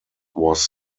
was